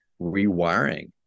rewiring